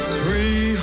Three